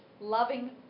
loving